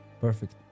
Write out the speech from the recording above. perfect